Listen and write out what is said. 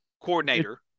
coordinator